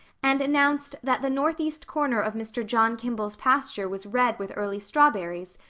and announced that the northeast corner of mr. john kimball's pasture was red with early strawberries,